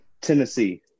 Tennessee